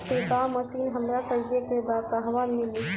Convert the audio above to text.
छिरकाव मशिन हमरा खरीदे के बा कहवा मिली?